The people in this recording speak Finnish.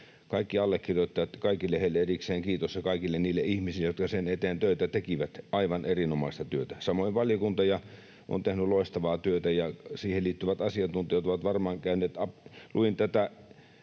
Kaikille allekirjoittajille erikseen kiitos ja kaikille niille ihmisille, jotka sen eteen töitä tekivät. Aivan erinomaista työtä. Samoin valiokunta on tehnyt loistavaa työtä, ja siihen liittyvät asiantuntijat ovat varmaan käyneet...